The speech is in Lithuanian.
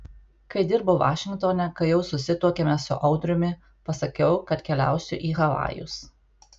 kai dirbau vašingtone kai jau susituokėme su audriumi pasakiau kad keliausiu į havajus